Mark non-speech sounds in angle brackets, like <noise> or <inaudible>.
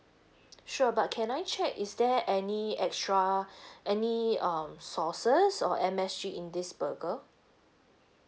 sure but can I check is there any extra <breath> any um sauces or M_S_G in this burger